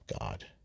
God